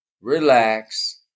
relax